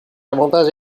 avantage